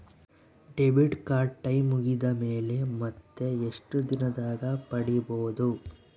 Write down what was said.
Debit card time ಮುಗಿದ ಮೇಲೆ ಮತ್ತೆ ಎಷ್ಟು ದಿನದಾಗ ಪಡೇಬೋದು?